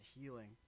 healing